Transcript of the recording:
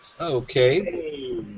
Okay